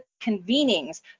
convenings